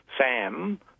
Sam